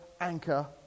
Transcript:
anchor